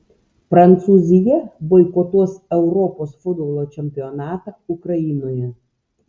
prancūzija boikotuos europos futbolo čempionatą ukrainoje